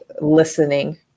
listening